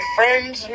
Friends